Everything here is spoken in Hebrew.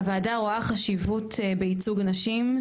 הוועדה רואה חשיבות בייצוג נשים,